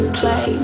play